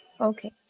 Okay